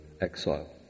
exile